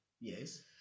Yes